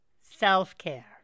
self-care